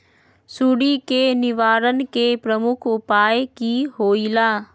सुडी के निवारण के प्रमुख उपाय कि होइला?